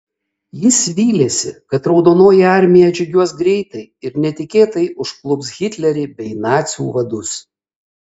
jis vylėsi kad raudonoji armija atžygiuos greitai ir netikėtai užklups hitlerį bei nacių vadus